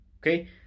okay